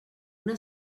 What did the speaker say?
una